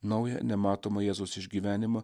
naują nematomą jėzus išgyvenimą